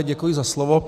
Děkuji za slovo.